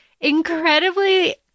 incredibly